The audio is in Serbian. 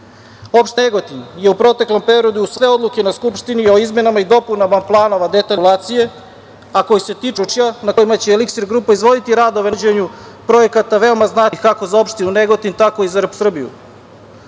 Negotin je u proteklom periodu usvojila sve odluke na Skupštini i izmenama i dopunama planova detaljne regulacije, a koji se tiču područja na kojima će Eliksir grupa izvoditi radove na sprovođenju projekata veoma značajnih kako za opštinu Negotin, tako i za Republiku